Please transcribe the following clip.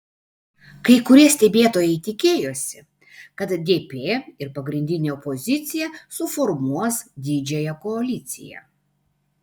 kai kurie stebėtojai tikėjosi kad dp ir pagrindinė opozicija suformuos didžiąją koaliciją